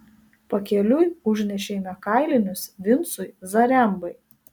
pakeliui užnešėme kailinius vincui zarembai